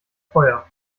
feuer